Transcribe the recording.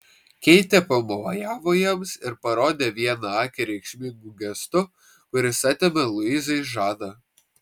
keitė pamojavo jiems ir parodė vieną akį reikšmingu gestu kuris atėmė luizai žadą